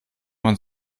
man